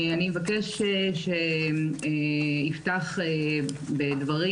אני מבקשת שיפתח בדברים,